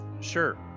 Sure